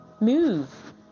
move